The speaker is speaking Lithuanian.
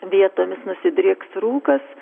vietomis nusidrieks rūkas